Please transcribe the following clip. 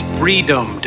freedom